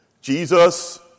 Jesus